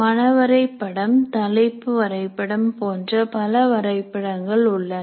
மனவரைபடம் தலைப்பு வரைபடம் போன்ற பல வரைபடங்கள் உள்ளன